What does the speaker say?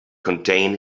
contain